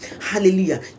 Hallelujah